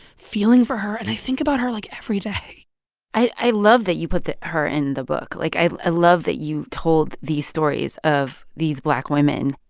feeling for her. and i think about her, like, every day i love that you put her in the book. like, i i love that you told these stories of these black women.